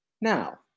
now